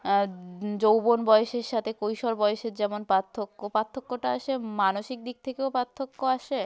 আর যৌবন বয়েসের সাথে কৈশোর বয়সের যেমন পার্থক্য পার্থক্যটা আসে মানসিক দিক থেকেও পার্থক্য আসে